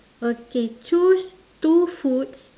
okay choose two foods